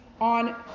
on